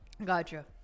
Gotcha